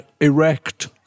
erect